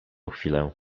chwilę